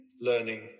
learning